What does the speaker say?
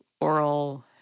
oral